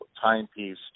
timepiece